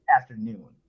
afternoon